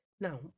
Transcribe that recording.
now